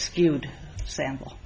skewed sample